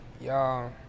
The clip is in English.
y'all